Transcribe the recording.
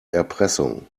erpressung